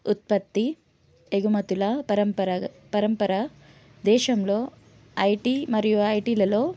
ఉత్పత్తి ఎగుమతుల పరంపర పరంపర దేశంలో ఐటీ మరియు ఐటీలలో